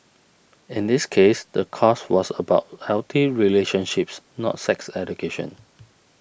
in this case the course was about healthy relationships not sex education